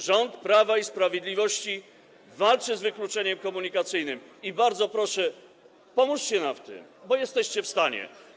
Rząd Prawa i Sprawiedliwości walczy z wykluczeniem komunikacyjnym i bardzo proszę: pomóżcie nam w tym, bo jesteście w stanie.